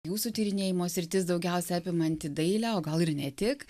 jūsų tyrinėjimo sritis daugiausia apimanti dailę o gal ir ne tik